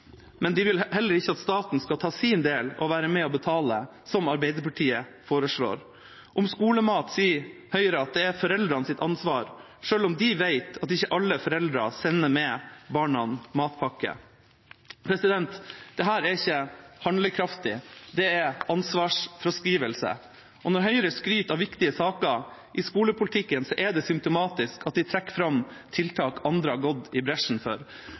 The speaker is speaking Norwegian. men de vil heller ikke at staten skal ta sin del og være med og betale, som Arbeiderpartiet foreslår. Om skolemat sier Høyre at dette er foreldrenes ansvar, selv om de vet at ikke alle foreldre sender med barna matpakke. Dette er ikke handlekraftig. Det er ansvarsfraskrivelse. Når Høyre skryter av viktige saker i skolepolitikken, er det symptomatisk at de trekker fram tiltak andre har gått i bresjen for.